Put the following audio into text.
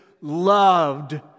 loved